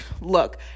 look